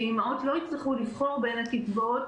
שאימהות לא יצטרכו לבחור בין הקצבאות,